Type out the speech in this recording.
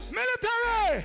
Military